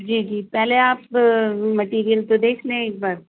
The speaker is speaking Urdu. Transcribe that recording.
جی جی پہلے آپ مٹیریل تو دیکھ لیں ایک بار